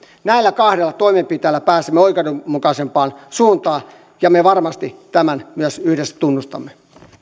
näillä kahdella toimenpiteellä pääsemme oikeudenmukaisempaan suuntaan ja me varmasti tämän myös yhdessä tunnustamme